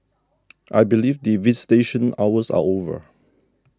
I believe the visitation hours are over